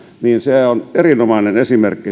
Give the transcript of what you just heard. niin se on erinomainen esimerkki